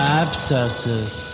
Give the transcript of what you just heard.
abscesses